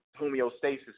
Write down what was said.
homeostasis